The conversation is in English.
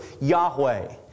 Yahweh